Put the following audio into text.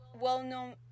well-known